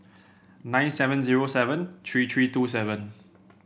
nine seven zero seven three three two seven